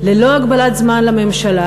ללא הגבלת זמן לממשלה,